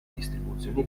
distribuzioni